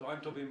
צוהריים טובים.